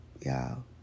y'all